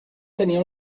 tenia